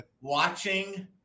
watching